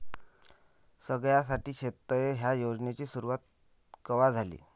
सगळ्याइसाठी शेततळे ह्या योजनेची सुरुवात कवा झाली?